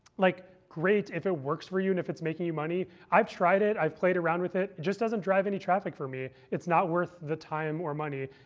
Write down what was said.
like great, if it works for you, and if it's making you money. i've tried it. i've played around with it. it just doesn't drive any traffic for me. it's not worth the time or money.